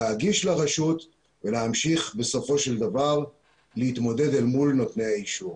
להגיש לרשות ולהמשיך בסופו של דבר להתמודד אל מול נותני האישור.